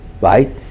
right